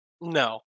No